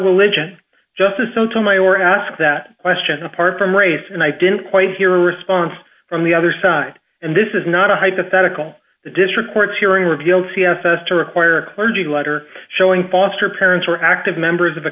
religion justice sotomayor asked that question apart from race and i didn't quite hear a response from the other side and this is not a hypothetical the district court's hearing repealed c f s to require a clergy letter showing foster parents are active members of a